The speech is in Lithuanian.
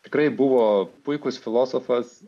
tikrai buvo puikus filosofas